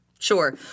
Sure